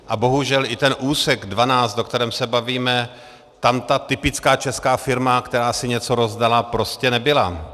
A bohužel i ten úsek 12, o kterém se bavíme, tam ta typická česká firma, která si něco rozdala, prostě nebyla.